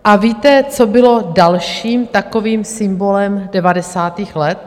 A víte, co bylo dalším takovým symbolem devadesátých let?